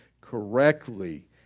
correctly